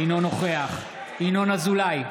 אינו נוכח ינון אזולאי,